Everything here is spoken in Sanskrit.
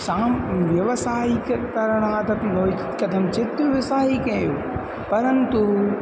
सा व्यावसायिकतरणादपि भवति कथञ्चित् व्यावसायिके एव परन्तु